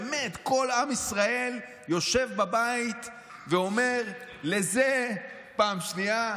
באמת, כל עם ישראל יושב בבית ואומר, פעם שנייה,